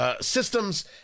systems